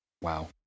Wow